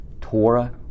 Torah